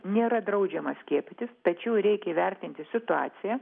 nėra draudžiama skiepytis tačiau reik įvertinti situaciją